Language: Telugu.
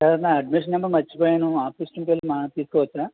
సార్ నా అడ్మిషన్ నంబర్ మర్చిపోయాను ఆఫీస్ రూమ్కి వెళ్ళి మా తీసుకోవచ్చా